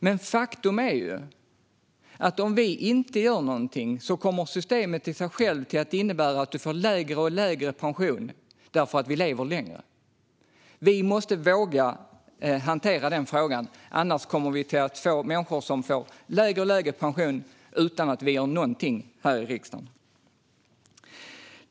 Men faktum är att om vi inte gör någonting kommer systemet i sig självt att innebära att vi får lägre och lägre pension därför att vi lever längre. Vi måste våga hantera den frågan, för annars kommer människor att få lägre och lägre pension utan att vi gör någonting här i riksdagen.